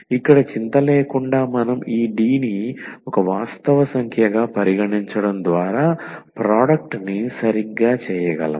ఇక్కడ చింత లేకుండా మనం ఈ D ని ఒక వాస్తవ సంఖ్య గా పరిగణించడం ద్వారా ప్రోడక్ట్ ని సరిగ్గా చేయగలం